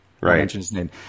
right